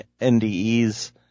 NDEs